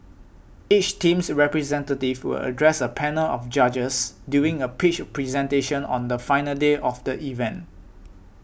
each team's representative will address a panel of judges during a pitch presentation on the final day of the event